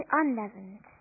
unleavened